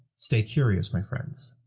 stay curious, my friends.